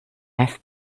have